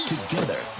Together